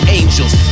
angels